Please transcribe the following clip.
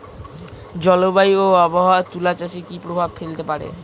জলবায়ু ও আবহাওয়া তুলা চাষে কি প্রভাব ফেলতে পারে?